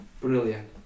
brilliant